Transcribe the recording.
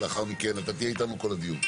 אתה תהיה איתנו כל הדיון.